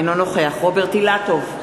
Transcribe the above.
אינו נוכח רוברט אילטוב,